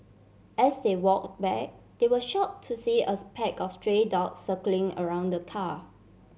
as they walk back they were shock to see a pack of stray dogs circling around the car